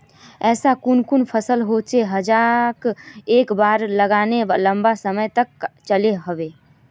ऐसा कुन कुन फसल होचे जहाक एक बार लगाले लंबा समय तक चलो होबे?